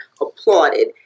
applauded